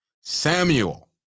Samuel